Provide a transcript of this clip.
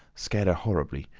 scared her horribly.